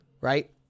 right